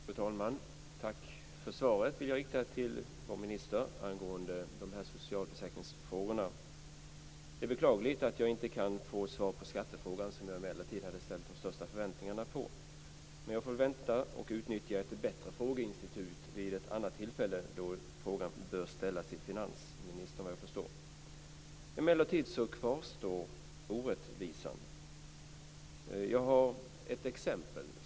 Fru talman! Jag vill rikta ett tack för svaret till vår minister angående dessa socialförsäkringsfrågor. Det är beklagligt att jag inte kan få svar på skattefrågan, som jag hade de största förväntningarna på. Jag får väl vänta och utnyttja ett bättre frågeinstitut vid ett annat tillfälle, eftersom frågan såvitt jag förstår bör ställas till finansministern. Orättvisan kvarstår emellertid. Jag har ett exempel.